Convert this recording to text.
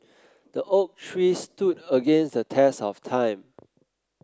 the oak tree stood against the test of time